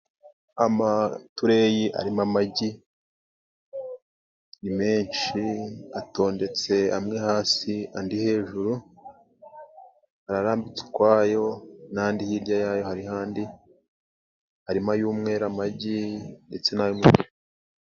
Amatereyi arimo amagi, ni menshi atondetse amwe hasi andi hejuru, hari arambitse ukwayo n'andi hirya yayo hariho andi; harimo ay'umweru, amagi ndetse n'ay'umuhondo.